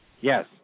Yes